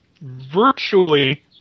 virtually